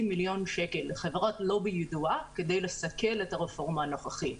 מיליון שקל לחברת לובי ידועה כדי לסכל את הרפורמה הנוכחית.